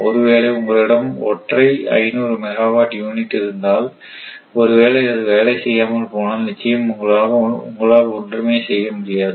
ஒருவேளை உங்களிடம் ஒற்றை 500 மெகாவாட் யூனிட் இருந்தால் ஒருவேளை அது வேலை செய்யாமல் போனால் நிச்சயம் உங்களால் ஒன்றுமே செய்ய முடியாது